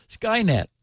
Skynet